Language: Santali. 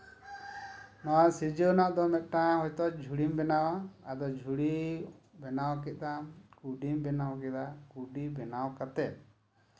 ᱱᱚᱶᱟ ᱥᱤᱡᱮᱱᱟᱜ ᱫᱚ ᱢᱤᱫᱴᱟᱱ ᱦᱚᱭᱛᱳ ᱡᱷᱩᱲᱤᱢ ᱵᱮᱱᱟᱣᱼᱟ ᱟᱫᱚ ᱡᱷᱩᱲᱤ ᱵᱮᱱᱟᱣ ᱠᱮᱫᱟᱢ ᱠᱩᱰᱤᱢ ᱵᱮᱱᱟᱣ ᱠᱮᱫᱟ ᱠᱩᱰᱤ ᱵᱮᱱᱟᱣ ᱠᱟᱛᱮᱫ